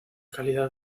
calidad